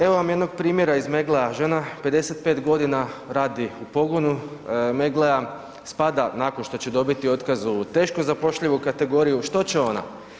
Evo vam jednoga primjera iz Meggle-a, žena 55 godina radi u pogonu Meggle-a, spada nakon što će dobiti otkaz u teško zapošljivu kategoriju, što će ona?